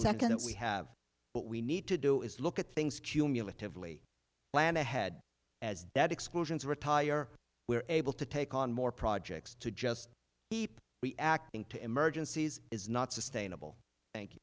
seconds we have what we need to do is look at things cumulatively plan ahead as debt exclusions retire we're able to take on more projects to just keep the acting to emergencies is not sustainable thank